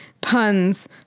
puns